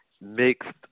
mixed